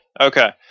Okay